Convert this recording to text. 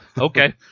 Okay